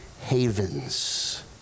havens